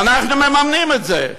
ואנחנו מממנים את זה.